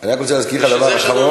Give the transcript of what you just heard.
אני רוצה להזכיר לך דבר אחרון,